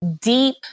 deep